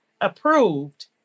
approved